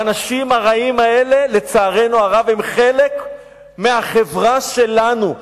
האנשים הרעים האלה, לצערנו הם חלק מהחברה שלנו.